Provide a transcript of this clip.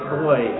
boy